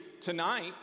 tonight